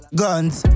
guns